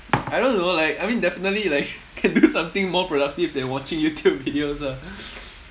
I don't know like I mean definitely like can do something more productive than watching youtube videos lah